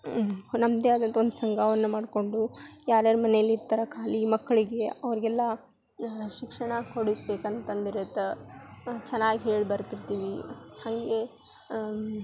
ನಮ್ಮದೇ ಆದಂಥ ಒಂದು ಸಂಘವನ್ನ ಮಾಡ್ಕೊಂಡು ಯಾರ್ಯಾರು ಮನೆಯಲ್ಲಿ ಇರ್ತಾರೆ ಖಾಲಿ ಮಕ್ಕಳಿಗಿ ಅವ್ರ್ಗೆಲ್ಲ ಶಿಕ್ಷಣ ಕೊಡಿಸಬೇಕಂತ ಅಂದಿರುತ್ತ ಚೆನ್ನಾಗಿ ಹೇಳಿ ಬರ್ತಿರ್ತೀವಿ ಹಾಗೆ